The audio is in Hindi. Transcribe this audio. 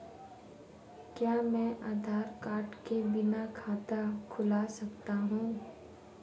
क्या मैं आधार कार्ड के बिना खाता खुला सकता हूं?